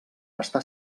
està